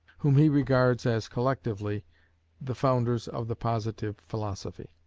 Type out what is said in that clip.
whom he regards as collectively the founders of the positive philosophy.